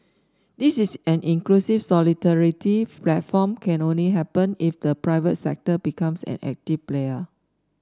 this is an inclusive solidarity platform can only happen if the private sector becomes an active player